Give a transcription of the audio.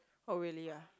oh really ah